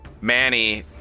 Manny